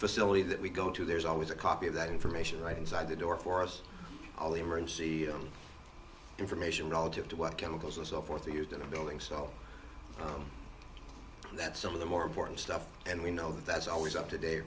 facility that we go to there's always a copy of that information right inside the door for us all the emergency information relative to what chemicals and so forth are used in a building so that some of the more important stuff and we know that's always up toda